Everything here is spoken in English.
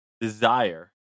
desire